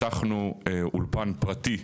פתחנו אולפן פרטי,